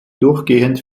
durchgehend